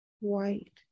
White